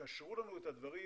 קשרו לנו את הדברים